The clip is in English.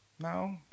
No